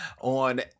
on